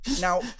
Now